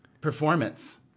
performance